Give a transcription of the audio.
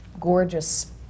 gorgeous